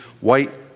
white